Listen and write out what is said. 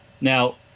Now